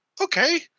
Okay